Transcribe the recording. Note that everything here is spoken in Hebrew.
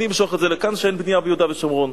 אני אמשוך את זה לכאן שאין בנייה ביהודה ושומרון.